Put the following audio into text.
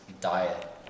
diet